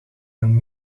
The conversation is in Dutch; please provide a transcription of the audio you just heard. van